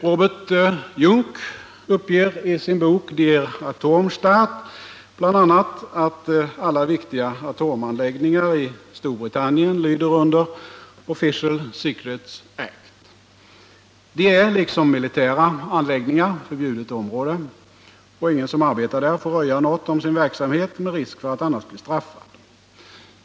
Robert Jungk uppger i sin bok Der Atom-Staat bl.a. att alla viktiga atomanläggningar i Storbritannien lyder under den s.k. Official Secrets Act. De är liksom militära anläggningar förbjudet området, och ingen som arbetar där får röja något om sin verksamhet, med risk för att annars bli straffad.